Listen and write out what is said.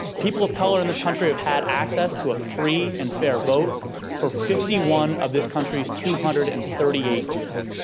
people of color in this country have had access to a free and fair vote for fifty one of this country's two hundred and thirty eight years.